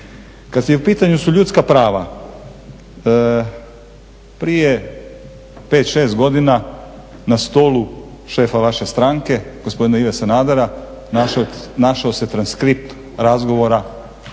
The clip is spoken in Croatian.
Kad su u pitanju su ljudska prava, prije 5, 6 godina na stolu šefa vaše stranke gospodina Ive Sanadera našao se transkript razgovora